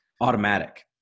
automatic